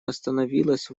остановилась